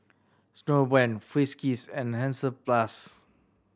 Snowbrand Friskies and Hansaplast